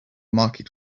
market